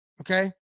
okay